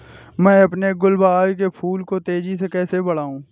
मैं अपने गुलवहार के फूल को तेजी से कैसे बढाऊं?